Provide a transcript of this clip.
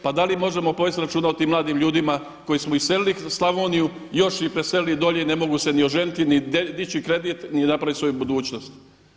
Pa da li možemo povesti računa o tim mladim ljudima koje smo iselili iz Slavonije, još ju i preselili dolje i ne mogu se ni oženiti ni dići kredit ni napraviti svoju budućnost.